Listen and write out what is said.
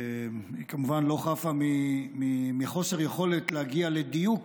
היא כמובן לא חפה מחוסר יכולת להגיע לדיוק,